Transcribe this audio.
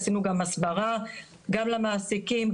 עשינו הסברה גם למעסיקים,